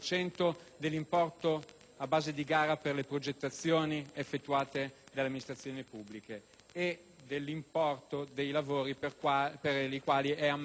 a base di gara per le progettazioni effettuate dalle amministrazioni pubbliche e dell'importo dei lavori per i quali è ammessa la trattativa privata.